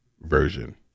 version